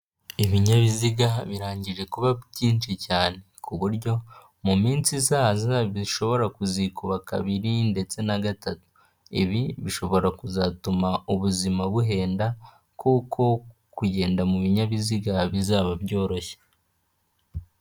Ibinyabiziga birangije kuba byinshi cyane, ku buryo mu minsi izaza bishobora kuzikuba kabiri ndetse na gatatu, ibi bishobora kuzatuma ubuzima buhenda kuko kugenda mu binyabiziga bizaba byoroshye.